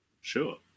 Sure